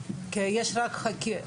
תלונות.